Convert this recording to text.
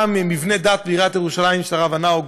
גם מבני דת בעיריית ירושלים של הרב הנאו,